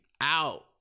out